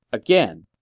again.